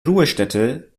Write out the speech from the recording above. ruhestätte